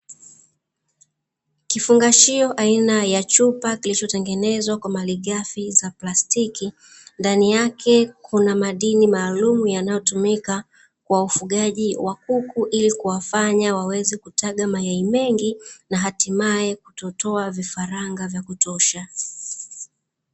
Kifungashio aina ya chupa kilichotengenezwa kwa malighafi za plastiki, ndani yake kuna madini maalum yanayotumika kwa ufugaji wa kuku ili kuwafanya waweze kutaga mayai mengi na hatimae kutotoa vifaranga vya kutosha.